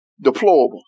deplorable